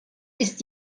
ist